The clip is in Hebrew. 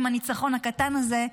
עם הניצחון הקטן הזה,